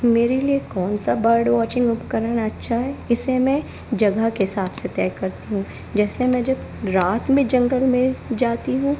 मेरे लिए कौन सा बर्ड वॉचिंग बुक करना अच्छा है इसे मैं जगह के हिसाब से तय करती हूँ जैसे मैं जब रात में जंगल में जाती हूँ